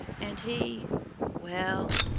and he well,